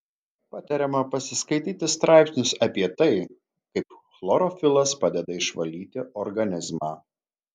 patariama pasiskaityti straipsnius apie tai kaip chlorofilas padeda išvalyti organizmą